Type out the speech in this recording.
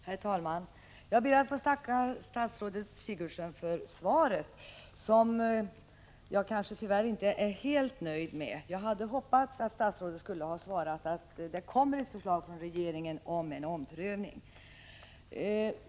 Herr talman! Jag ber att få tacka statsrådet Sigurdsen för svaret, som jag tyvärr inte är helt nöjd med. Jag hade hoppats att statsrådet skulle ha svarat att det kommer ett förslag från regeringen om en omprövning.